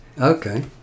Okay